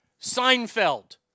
Seinfeld